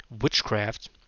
witchcraft